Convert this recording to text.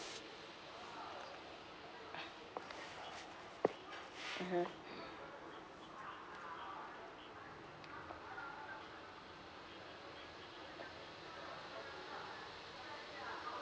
(uh huh)